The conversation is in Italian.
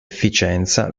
efficienza